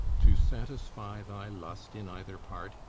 to satisfy thy lust in either part,